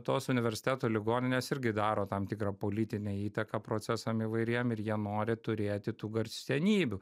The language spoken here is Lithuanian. tos universiteto ligoninės irgi daro tam tikrą politinę įtaką procesam įvairiem ir jie nori turėti tų garsenybių